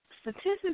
statistics